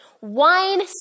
Wine